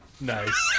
Nice